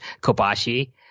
Kobashi